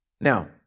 Now